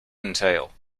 entail